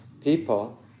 people